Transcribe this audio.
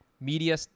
media